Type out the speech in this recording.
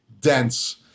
dense